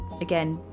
again